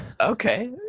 Okay